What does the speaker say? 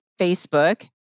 Facebook